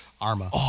Arma